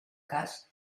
cas